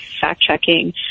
fact-checking